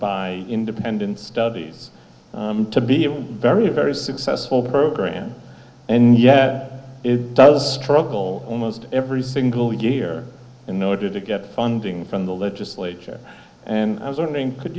by independent studies to be a very very successful program and yeah it does struggle almost every single year in order to get funding from the legislature and i was wondering could